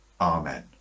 Amen